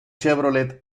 chevrolet